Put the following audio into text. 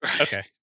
Okay